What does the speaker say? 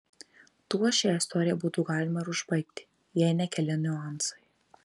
tuo šią istoriją būtų galima ir užbaigti jei ne keli niuansai